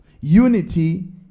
Unity